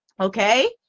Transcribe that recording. Okay